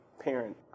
parent